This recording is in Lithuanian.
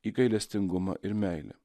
į gailestingumą ir meilę